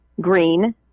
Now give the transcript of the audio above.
green